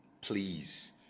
please